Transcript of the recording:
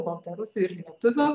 baltarusių ir lietuvių